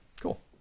Cool